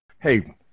Hey